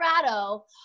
Colorado